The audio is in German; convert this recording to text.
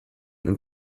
und